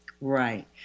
Right